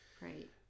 Right